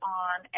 on